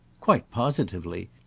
quite positively.